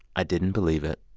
i didn't believe it.